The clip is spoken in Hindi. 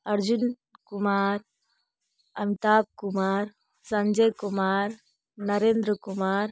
अर्जुन कुमार अमिताभ कुमार संजय कुमार नरेन्द्र कुमार